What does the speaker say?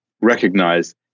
recognize